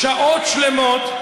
שעות שלמות,